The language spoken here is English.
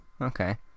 okay